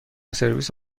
سرویس